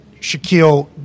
Shaquille